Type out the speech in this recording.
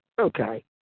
Okay